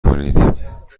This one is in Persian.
کنید